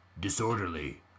Disorderly